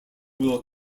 will